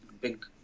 big